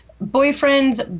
boyfriend's